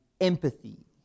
empathy